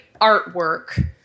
artwork